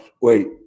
wait